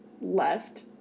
left